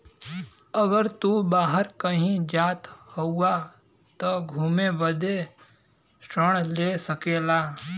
अगर तू बाहर कही जात हउआ त घुमे बदे ऋण ले सकेला